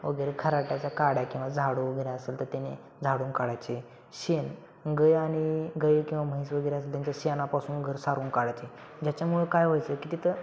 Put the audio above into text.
वगैरे खराट्याच्या काड्या किंवा झाडू वगेरे असेल तर त्याने झाडून काढायचे शेण गाय आणि गाय किंवा म्हैस वगैरे असेल त्यांच्या शेणापासून घर सारून काढायचे ज्याच्यामुळं काय व्हायचं की तिथं